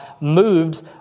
moved